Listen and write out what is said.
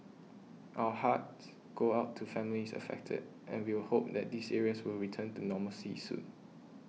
our hearts go out to families affected and we'll hope that these areas will return to normalcy soon